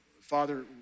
Father